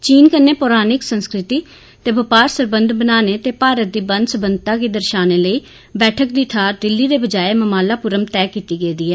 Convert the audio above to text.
चीन कन्नै पौराणिक सांस्कृतिक ते बपार सरबंध बनाने ते भारत दी बन्न सबन्नता गी दर्शाने लेई बैठक दी थाहर दिल्ली दे बजाय ममालापुरम तय कीती गेदी ऐ